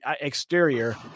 exterior